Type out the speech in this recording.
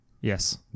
Yes